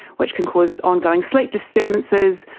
which can cause ongoing sleep disturbances,